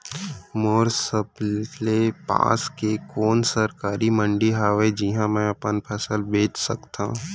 मोर सबले पास के कोन सरकारी मंडी हावे जिहां मैं अपन फसल बेच सकथव?